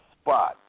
spot